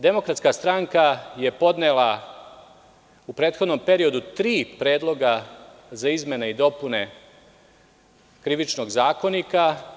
Demokratska stranka je podnela u prethodnom periodu tri predloga za izmene i dopune Krivičnog zakonika.